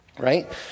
right